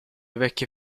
vecchie